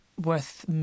worth